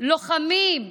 לוחמים".